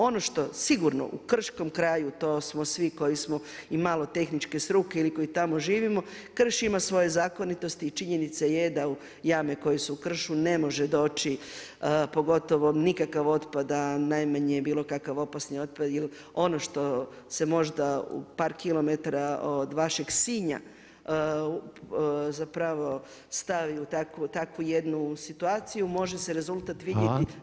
Ono što sigurno u krškom kraju to smo svi koji smo imalo tehničke struke ili koji tamo živimo, krš ima svoje zakonitosti i činjenica je da jame koje su u kršu ne može doći pogotovo nikakav otpad, a najmanje bilo kakav opasni otpad jel ono što se možda u par kilometara od vašeg Sinja stavi u takvu jednu situaciju može se rezultat vidjeti znatno dalje.